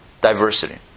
diversity